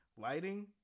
Lighting